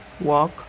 walk